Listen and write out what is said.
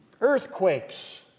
earthquakes